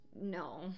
no